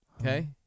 Okay